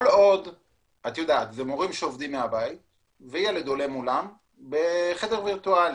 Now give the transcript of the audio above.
אלה מורים שעובדים מהבית והילד עולה מולם בחדר וירטואלי.